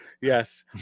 Yes